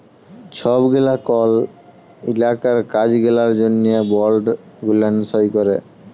ছব গেলা কল ইলাকার কাজ গেলার জ্যনহে বল্ড গুলান সই ক্যরে